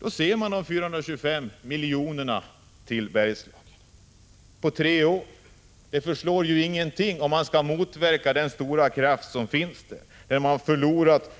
Då ser man att de 425 milj.kr. till Bergslagen på tre år inte förslår någonting för att motverka den stora kraft som finns där, när regionen förlorat